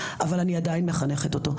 אבל אני עדיין מחנכת אותו.